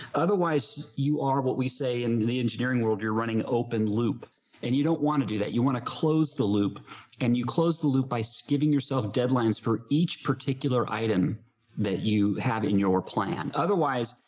otherwise, you are what we say and in the engineering world. you're running open loop and you don't want to do that. you want to close the loop and you close the loop by so giving yourself deadlines for each particular item that you have in your plan. otherwise,